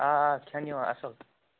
آ آ کھٮ۪ن یِوان اَصٕل